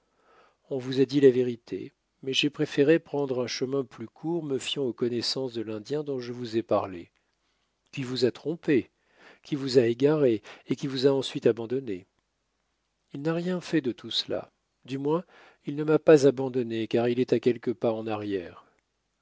on vous a dit la vérité mais j'ai préféré prendre un chemin plus court me fiant aux connaissances de l'indien dont je vous ai parlé il vous a trompé qui vous a égaré et qui vous a ensuite abandonné il n'a rien fait de tout cela du moins il ne m'a pas abandonné car il est à quelques pas en arrière